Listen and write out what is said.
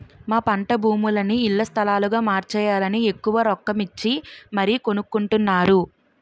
మా పంటభూములని ఇళ్ల స్థలాలుగా మార్చేయాలని ఎక్కువ రొక్కమిచ్చి మరీ కొనుక్కొంటున్నారు